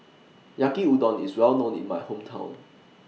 Yaki Udon IS Well known in My Hometown